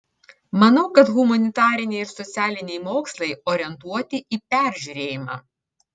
manau kad humanitariniai ir socialiniai mokslai orientuoti į peržiūrėjimą